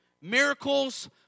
Miracles